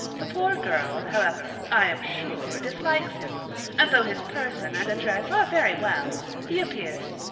the poor girl, however, i am sure, dislikes him and though his person and address are very well, he appears,